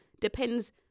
depends